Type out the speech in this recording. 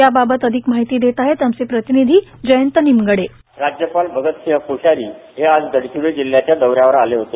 याबद्दल अधिक माहिती देत आहेत आमचे प्रतिनिधी जयंत निमगडे साऊंड बाईट पाल भगतसिंह कोश्यारी हे आज गडचिरोली जिल्ह्याच्या दौऱ्यावर आले होते